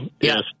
Yes